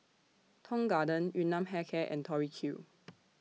Tong Garden Yun Nam Hair Care and Tori Q